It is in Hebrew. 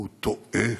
הוא טועה,